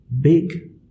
big